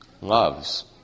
loves